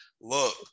Look